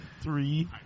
Three